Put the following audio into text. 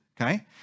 okay